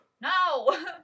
no